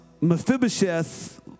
Mephibosheth